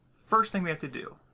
first thing we have to do,